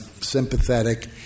sympathetic